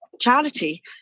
charity